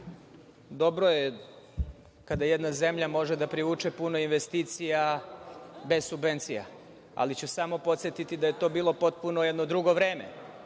dobro je kada jedna zemlja može da privuče puno investicija bez subvencija, ali ću samo podsetiti da je to bilo jedno drugo vreme.